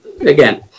again